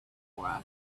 for